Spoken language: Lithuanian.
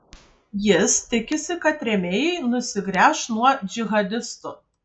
jis tikisi kad rėmėjai nusigręš nuo džihadistų